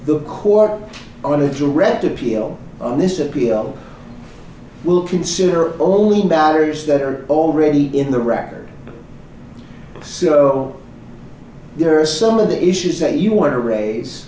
the court on a direct appeal on this appeal will consider only matters that are already in the record ciro there are some of the issues that you want to raise